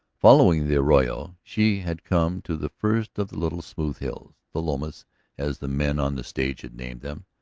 following the arroyo, she had come to the first of the little, smooth hills, the lomas as the men on the stage had named them.